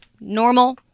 Normal